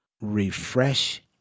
refresh